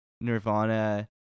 Nirvana